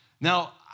Now